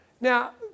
Now